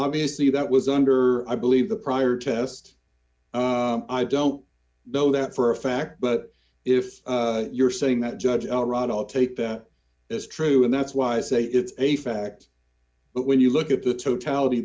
obviously that was under i believe the prior test i don't know that for a fact but if you're saying that judge all right i'll take that as true and that's why i say it's a fact but when you look at the totality